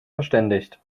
verständigt